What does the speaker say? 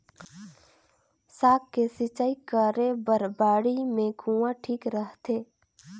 साग के सिंचाई करे बर बाड़ी मे कुआँ ठीक रहथे?